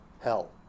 hell